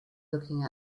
looking